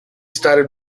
started